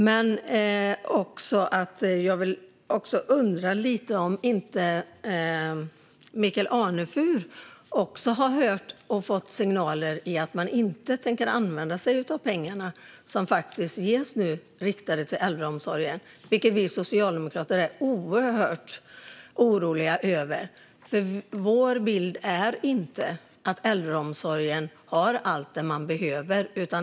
Jag undrar också om inte även Michael Anefur har hört och fått signaler om att man inte tänker använda sig av de pengar som nu riktas till äldreomsorgen, något som vi socialdemokrater är oerhört oroliga över. Vår bild är ju inte att äldreomsorgen har allt den behöver.